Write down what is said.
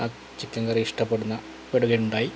ആ ചിക്കൻ കറി ഇഷ്ട്ടപെടുന്ന പ്പെടുകയുണ്ടായി